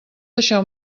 deixar